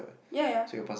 ya ya